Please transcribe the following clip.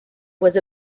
was